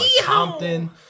Compton